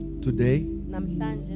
Today